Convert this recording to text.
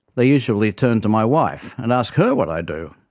they usually turn to my wife and ask her what i do.